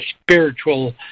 spiritual